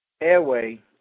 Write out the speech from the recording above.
airway